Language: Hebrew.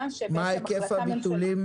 על החלטה ממשלתית --- מה היקף הביטולים?